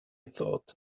thought